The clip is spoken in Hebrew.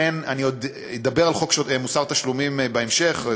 אני עוד אדבר על חוק מוסר תשלומים בהמשך,